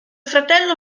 fratello